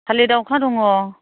थालिर दावखा दङ